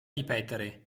ripetere